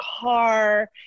car